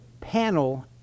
panel